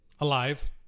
alive